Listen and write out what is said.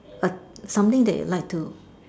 something that you like to